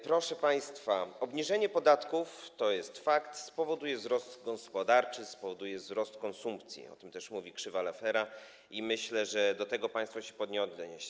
Proszę państwa, obniżenie podatków, to jest fakt, spowoduje wzrost gospodarczy, spowoduje wzrost konsumpcji, o tym też mówi krzywa Laffera i myślę, że do tego państwo powinni się odnieść.